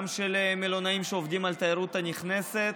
גם של מלונאים שעובדים על התיירות הנכנסת.